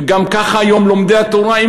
וככה היום גם לומדי התורה,